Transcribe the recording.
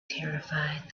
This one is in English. terrified